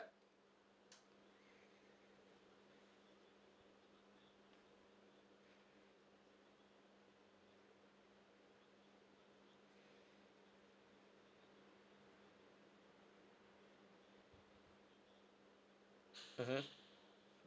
mmhmm